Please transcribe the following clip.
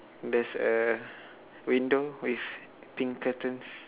there's a window with pink curtains